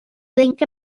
link